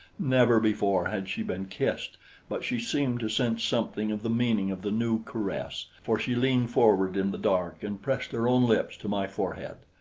never before had she been kissed but she seemed to sense something of the meaning of the new caress, for she leaned forward in the dark and pressed her own lips to my forehead.